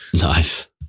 Nice